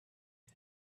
who